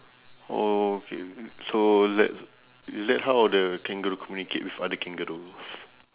oh K so is that is that how the kangaroo communicate with other kangaroos